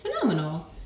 Phenomenal